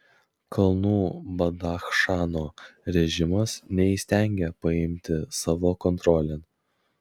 kalnų badachšano režimas neįstengia paimti savo kontrolėn